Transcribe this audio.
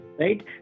Right